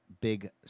big